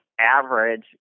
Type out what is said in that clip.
average